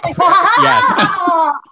Yes